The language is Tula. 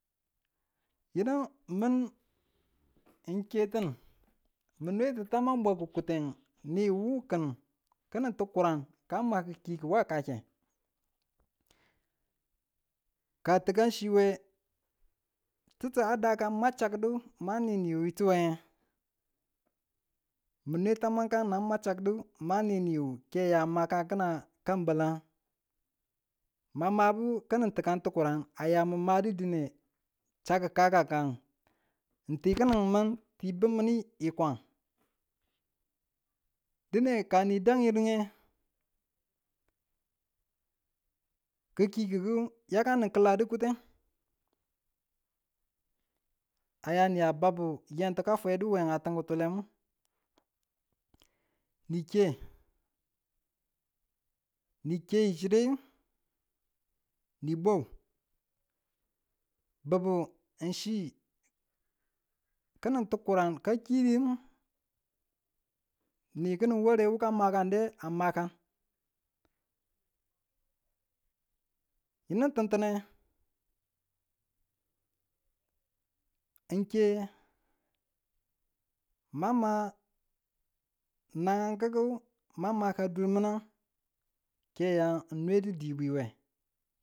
Yinu ng min ng ke tin me nwe ti tamang bwaku kuten niwu kin kinin tukurang ka ma ti kiku wa kake ka tikanchi we tittu a dakan ma chakkdu ma ninintuwe, mi ne tamangang yinan ma chakkudu ma ni niwu ke a ya a makanin a kan balan ma mabu kinin tikan tukuran a ya mi madu dine chakku kakang ng tin kinin min ng ti bin minu kwan dine ka ng dan mine, ki̱ kikuku ya ka nin kiladu kuten aya niya babu yantu ka fwedu we tin kutulenu ni ke ni ke chireyu ni bwau, bubbu ng chi kin nin tukuran ka kidu ni kinin ware ka makade a makan, yinu tintine ng ke ma ma nagankuku ma maka durminan ke ng ya ng nwe du dibwi we